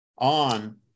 On